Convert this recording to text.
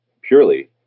purely